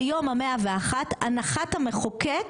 ביום ה- 101 הנחת המחוקק